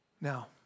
Now